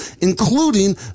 including